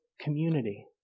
community